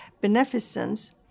beneficence